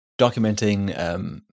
documenting